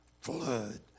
flood